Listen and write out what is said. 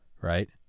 Right